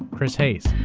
chris hayes.